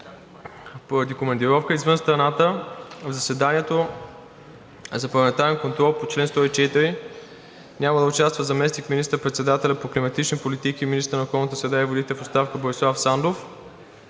Поради командировка извън страната в заседанието за парламентарен контрол по чл. 104 няма да участва заместник министър-председателят по климатични политики и министър на околната среда и водите в оставка Борислав Сандов.